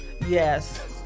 Yes